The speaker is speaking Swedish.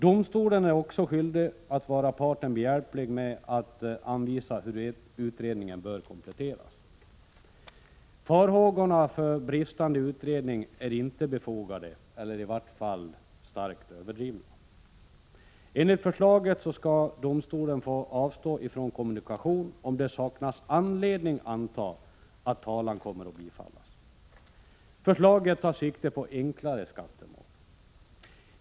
Domstolen är också skyldig att vara parten behjälplig med att anvisa hur utredningen bör kompletteras. Farhågorna för bristande utredning är inte befogade, eller i vart fall starkt överdrivna. Enligt förslaget skall domstolen få avstå från kommunikation, om det saknas anledning anta att talan kommer att bifallas. Förslaget tar sikte på enklare skattemål.